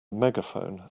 megaphone